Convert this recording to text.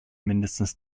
mindestens